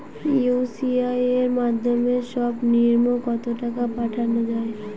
UPI এর মাধ্যমে সর্ব নিম্ন কত টাকা পাঠানো য়ায়?